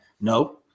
No